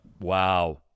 Wow